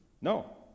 No